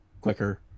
quicker